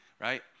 right